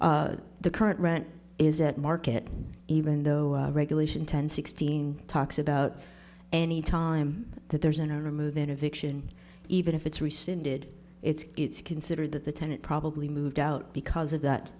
the current rent is at market even though regulation ten sixteen talks about any time that there's an owner move in eviction even if it's rescinded it's it's considered that the tenant probably moved out because of that